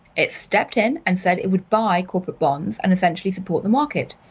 it stepped in and said it would buy corporate bonds and essentially support the market.